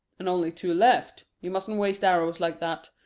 and only two left. you mustn't waste arrows like that.